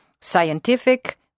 scientific